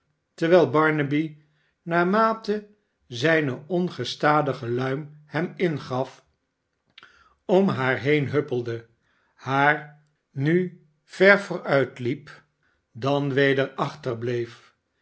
terwijl barnaby naarmate zijne ongestadige luim hem ingaf om haar heen huppelde haar nu ver vooruitliep dan weder